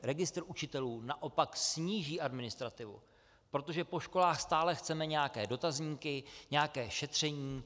Registr učitelů naopak sníží administrativu, protože po školách stále chceme nějaké dotazníky, nějaké šetření.